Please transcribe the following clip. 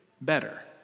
better